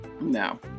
No